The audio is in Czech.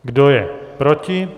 Kdo je proti?